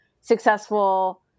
successful